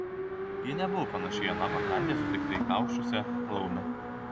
ji nebuvo panaši į aną pakrantėje sutiktą įkaušusią laumę